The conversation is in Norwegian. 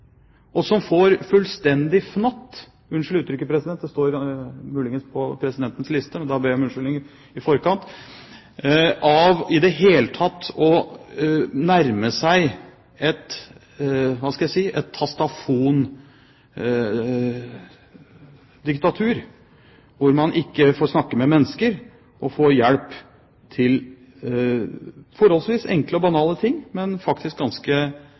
og som får fullstendig fnatt – unnskyld uttrykket, president, det står muligens på presidentens liste, men da ber jeg om unnskyldning i forkant – av i det hele tatt å nærme seg, hva skal jeg si, et tastafondiktatur, hvor man ikke får snakke med mennesker og få hjelp til forholdsvis enkle og banale ting, men faktisk ganske